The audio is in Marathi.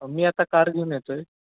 मी आता कार घेऊन येतो आहे